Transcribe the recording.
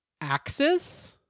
Axis